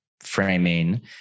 framing